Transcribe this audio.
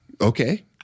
okay